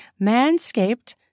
Manscaped